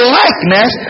likeness